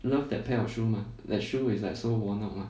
love that pair of shoe mah that shoe is like so worn out mah